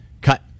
cut